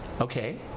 Okay